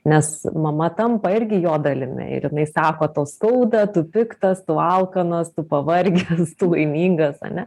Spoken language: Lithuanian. nes mama tampa irgi jo dalimi ir jinai sako tau skauda tu piktas tu alkanas tu pavargęs tu laimingas ane